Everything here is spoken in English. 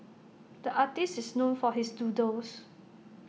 the artist is known for his doodles